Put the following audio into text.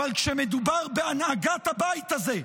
אבל כשמדובר בהנהלת הבית הזה,